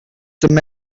the